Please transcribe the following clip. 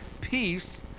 peace